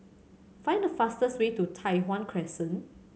find the fastest way to Tai Hwan Crescent